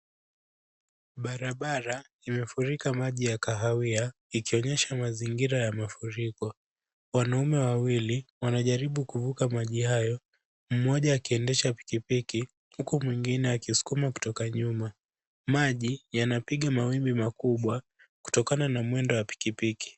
Barabara imefurika maji ya kahawia ikionyesha mazingira ya mafuriko. Wanaume wawili wanajaribu kuvuka maji hayo, mmoja akiendesha pikipiki huku mwingine akisukuma kutoka nyumba. Maji yanapiga mawimbi makubwa kutokana na mwendo wa pikipiki.